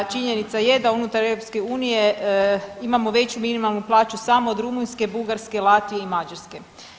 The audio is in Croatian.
Činjenica je da unutar EU imamo veću minimalnu plaću samo od Rumunjske, Bugarske, Latvije i Mađarske.